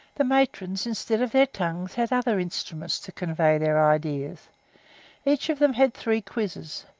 the matrons, instead of their tongues, had other instruments to convey their ideas each of them had three quizzes,